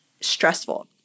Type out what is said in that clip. stressful